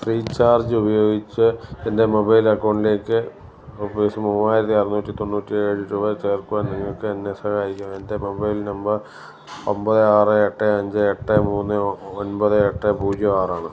free ചാർജ്ജുപയോഗിച്ച് എൻ്റെ mobile അക്കൗണ്ടിലേക്ക് റുപ്പീസ് മൂവായിരത്തി അറുന്നൂറ്റി തൊണ്ണൂറ്റേഴ് രൂപ ചേർക്കുവാൻ നിങ്ങൾക്കെന്നെ സഹായിക്കാമോ എൻ്റെ മൊബൈൽ നമ്പർ ഒൻപത് ആറ് എട്ട് അഞ്ച് എട്ട് മൂന്ന് ഒൻപത് എട്ട് പൂജ്യം ആറാണ്